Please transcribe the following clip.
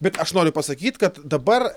bet aš noriu pasakyt kad dabar